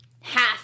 half